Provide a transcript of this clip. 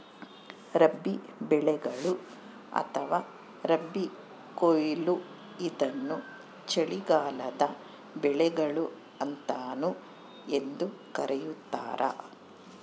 ರಬಿ ಬೆಳೆಗಳು ಅಥವಾ ರಬಿ ಕೊಯ್ಲು ಇದನ್ನು ಚಳಿಗಾಲದ ಬೆಳೆಗಳು ಅಂತಾನೂ ಎಂದೂ ಕರೀತಾರ